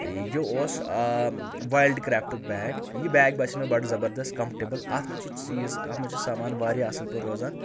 یہِ اوس Wildcraft bag یہِ بیگ باسیو مےٚ بڑٕ زبردَس کمفٕٹیبل اتھ منٛز چھِ چیٖز اتھ منٛز چھِ سامان واریاہ اصل پٲٹھۍ روزان